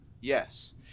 Yes